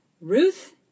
Ruth